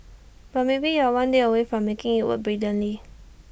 but maybe you're one day away from making IT work brilliantly